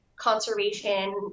Conservation